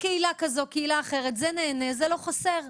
לקהילה כזאת, לקהילה אחרת זה נהנה, זה לא חסר.